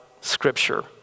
Scripture